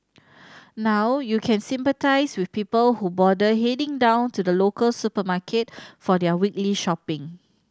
now you can sympathise with people who bother heading down to the local supermarket for their weekly shopping